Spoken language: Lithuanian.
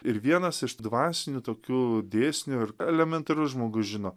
ir vienas iš dvasinių tokių dėsnių ir elementarus žmogus žino